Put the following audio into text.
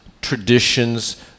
traditions